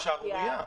זאת שערורייה.